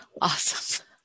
Awesome